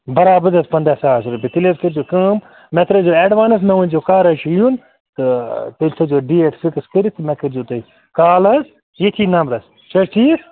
برابَد حظ پنٛداہ ساس رۄپیہِ تیٚلہِ حظ کٔرۍزیو کٲم مےٚ ترٛٲیزیو اٮ۪ڈوانٕس مےٚ ؤنۍزیو کَر حظ چھُ یُن تہٕ بیٚیہِ تھٲیزیو ڈیٹ فِکٕس کٔرِتھ مےٚ کٔرۍزیو تُہۍ کال حظ ییٚتھی نَمبرَس چھِ حظ ٹھیٖک